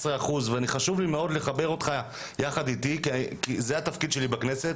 חשוב לי מאוד לחבר אותך יחד איתי כי זה התפקיד שלי בכנסת,